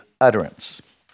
utterance